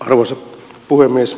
arvoisa puhemies